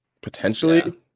potentially